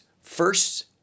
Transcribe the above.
first